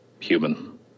human